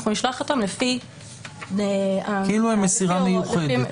אנחנו נשלח אותם לפי --- כאילו הם מסירה מיוחדת.